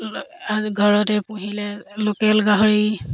ঘৰতে পুহিলে লোকেল গাহৰি